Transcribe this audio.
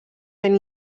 ben